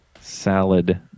Salad